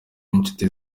n’inshuti